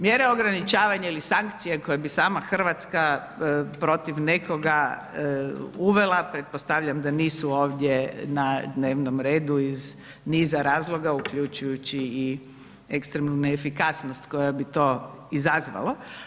Mjere ograničavanja ili sankcije koje bi sama Hrvatska protiv nekoga uvela pretpostavljam da nisu ovdje na dnevnom redu iz niza razloga uključujući i ekstremnu neefikasnost koja bi to izazvalo.